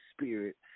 Spirit